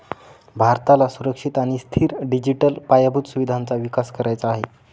भारताला सुरक्षित आणि स्थिर डिजिटल पायाभूत सुविधांचा विकास करायचा आहे